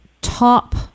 top